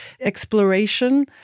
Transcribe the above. exploration